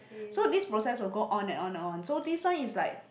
so these process will go on and on and on so this one is like